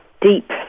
deep